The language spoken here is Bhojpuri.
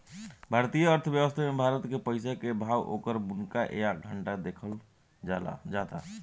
भारतीय अर्थव्यवस्था मे भारत के पइसा के भाव, ओकर मुनाफा या घाटा देखल जाता